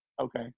Okay